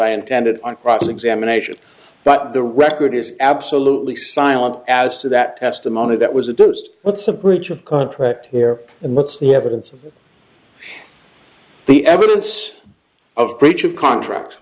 i intended on cross examination but the record is absolutely silent as to that testimony that was a deuced what's a bridge of contract here and what's the evidence of the evidence of breach of contract